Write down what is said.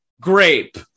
grape